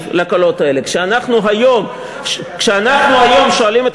האיראני, שאגב, מגיע לו קרדיט גדול.